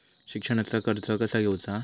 शिक्षणाचा कर्ज कसा घेऊचा हा?